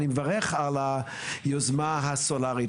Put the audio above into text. אני מברך על היוזמה הסולרית,